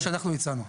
מה שאנחנו הצענו.